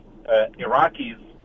Iraqis